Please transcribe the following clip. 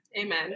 Amen